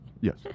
yes